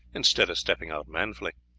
instead of stepping out manfully.